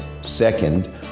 Second